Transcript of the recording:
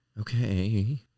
Okay